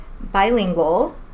bilingual